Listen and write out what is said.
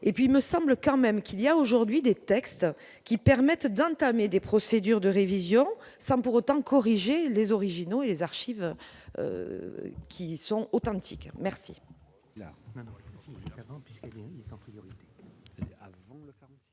et puis il me semble quand même qu'il y a aujourd'hui des textes qui permettent d'entamer des procédures de révision, sans pour autant corriger les originaux et les archives qui sont authentiques, merci.